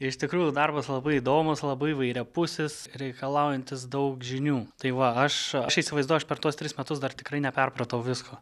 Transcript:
iš tikrųjų darbas labai įdomus labai įvairiapusis reikalaujantis daug žinių tai va aš įsivaizduoju aš per tuos tris metus dar tikrai neperpratau visko